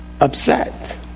upset